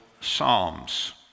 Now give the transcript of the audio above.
psalms